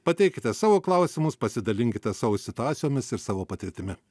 pateikite savo klausimus pasidalinkite savo situacijomis ir savo patirtimi